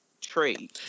trade